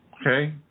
Okay